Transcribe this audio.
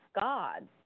God